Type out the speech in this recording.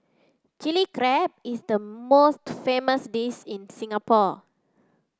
Chilli Crab is the most famous dish in Singapore